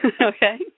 okay